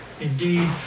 Indeed